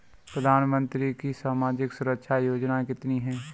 प्रधानमंत्री की सामाजिक सुरक्षा योजनाएँ कितनी हैं?